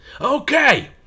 okay